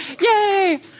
yay